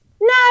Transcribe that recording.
No